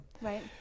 Right